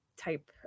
type